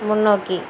முன்னோக்கி